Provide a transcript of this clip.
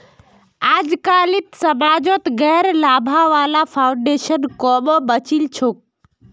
अजकालित समाजत गैर लाभा वाला फाउन्डेशन क म बचिल छोक